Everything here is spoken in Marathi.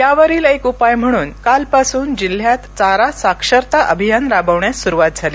यावरील एक उपाय म्हणून कालपासून जिल्ह्यात चारा साक्षरता अभियान राबवण्यास सुरुवात झाली